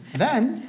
then,